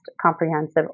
Comprehensive